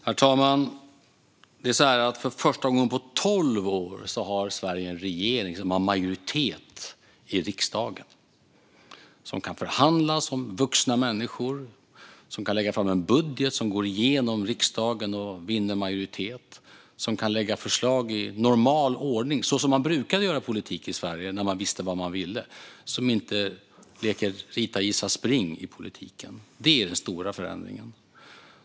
Herr talman! För första gången på tolv år har Sverige en regering som har majoritet i riksdagen, som kan förhandla som vuxna människor, som kan lägga fram en budget som går igenom riksdagen och vinner majoritet, som kan lägga fram förslag i normal ordning, så som man brukade göra i politiken i Sverige när man visste vad man ville, och som inte leker rita-gissa-spring i politiken. Det är den stora förändringen.